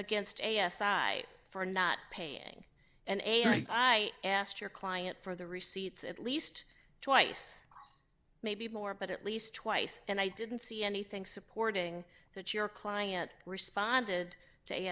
against a s i for not paying an eight i asked your client for the receipts at least twice maybe more but at least twice and i didn't see anything supporting that your client responded to